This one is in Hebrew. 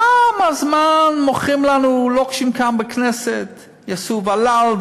כמה זמן מוכרים לנו לוקשים כאן בכנסת: יעשו ול"ל,